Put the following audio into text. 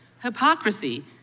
Hypocrisy